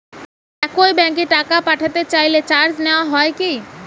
একই ব্যাংকে টাকা পাঠাতে চাইলে চার্জ নেওয়া হয় কি?